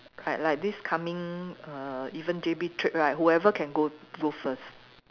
like like this coming err even J_B trip right whoever can go go first